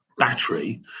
battery